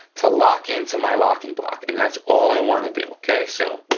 to lock into my locking block, and that's all i wanna do, okay, so,